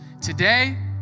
Today